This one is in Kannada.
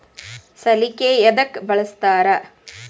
ಸಲಿಕೆ ಯದಕ್ ಬಳಸ್ತಾರ?